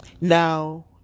Now